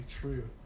true